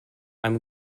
i’m